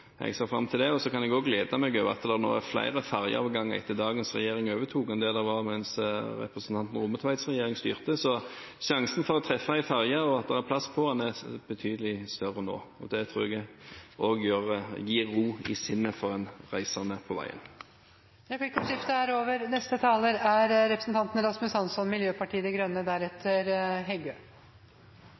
Jeg ser fram til det, jeg har allerede begynt å prøvespise sveler for å finne fram til den rette kombinasjonen av smør og annet oppå. Jeg kan også glede meg over at det er flere ferjeavganger etter at dagens regjering overtok enn det var mens regjeringen som representanten Rommetveit støttet, styrte. Sjansen for å treffe en ferje og få plass er betydelig større nå. Det tror jeg også gir ro i sinnet for en reisende på veien. Replikkordskiftet er